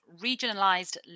regionalised